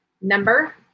number